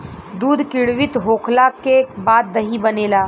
दूध किण्वित होखला के बाद दही बनेला